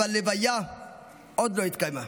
אבל לוויה עוד לא התקיימה.